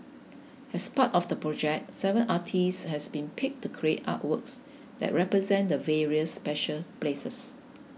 as part of the project seven artists has been picked to create artworks that represent the various special places